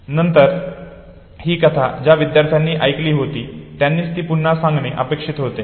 आणि नंतर ही कथा ज्या विद्यार्थ्यांनी ऐकली होती त्यांनीच ती पुन्हा सांगणे अपेक्षित होते